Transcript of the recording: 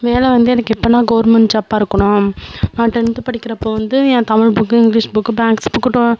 வேலை வந்து எனக்கு எப்பட்னா கவர்மெண்ட் ஜாப்பாக இருக்கணும் நான் டென்த்து படிக்கிறப்போ வந்து என் Tamil book English book maths book டொ